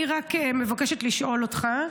אני רק מבקשת לשאול אותך,